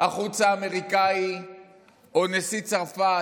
החוץ האמריקני או נשיא צרפת,